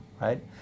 right